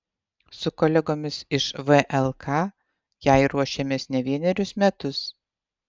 su kolegomis iš vlk jai ruošėmės ne vienerius metus